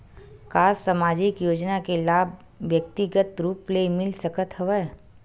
का सामाजिक योजना के लाभ व्यक्तिगत रूप ले मिल सकत हवय?